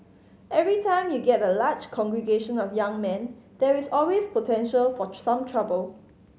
every time you get a large congregation of young men there is always potential for some trouble